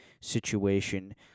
situation